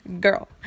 Girl